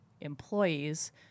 employees